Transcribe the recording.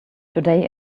today